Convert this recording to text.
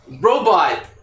robot